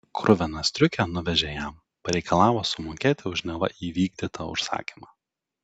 kruviną striukę nuvežę jam pareikalavo sumokėti už neva įvykdytą užsakymą